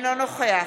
אינו נוכח